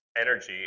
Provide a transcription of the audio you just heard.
energy